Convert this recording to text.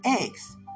eggs